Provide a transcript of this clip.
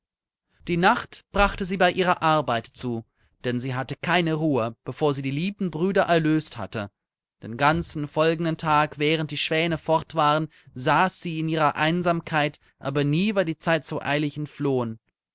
die nacht brachte sie bei ihrer arbeit zu denn sie hatte keine ruhe bevor sie die lieben brüder erlöst hatte den ganzen folgenden tag während die schwäne fort waren saß sie in ihrer einsamkeit aber nie war die zeit so eilig entflohen